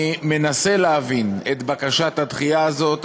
אני מנסה להבין את בקשת הדחייה הזאת,